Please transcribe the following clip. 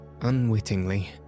Unwittingly